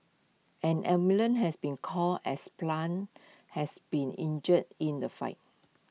an ambulance has been called as plant has been injured in the fight